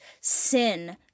sin